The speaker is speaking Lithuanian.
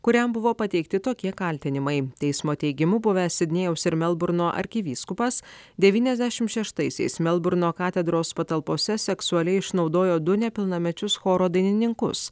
kuriam buvo pateikti tokie kaltinimai teismo teigimu buvęs sidnėjaus ir melburno arkivyskupas devyniasdešimt šeštaisiais melburno katedros patalpose seksualiai išnaudojo du nepilnamečius choro dainininkus